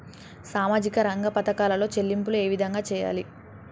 సామాజిక రంగ పథకాలలో చెల్లింపులు ఏ విధంగా చేయాలి?